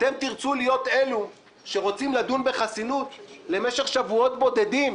אתם תרצו להיות אלו שרוצים לדון בחסינות למשך שבועות בודדים,